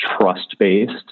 trust-based